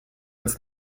uns